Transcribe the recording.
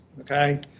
Okay